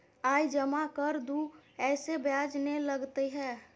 आय जमा कर दू ऐसे ब्याज ने लगतै है?